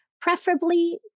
preferably